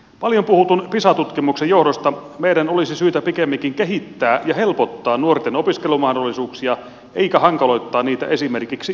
paljon puhutun pisa tutkimuksen johdosta meidän olisi syytä pikemminkin kehittää ja helpottaa nuorten opiskelumahdollisuuksia eikä hankaloittaa niitä esimerkiksi lakkauttamalla lukioita